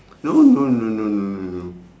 no no no no no no no no